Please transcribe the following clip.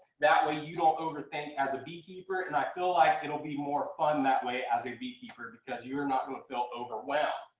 that way you don't overthink as a beekeeper. and i feel like it'll be more fun that way as a beekeeper because you're not going to feel overwhelmed.